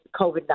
COVID